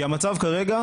המצב כרגע,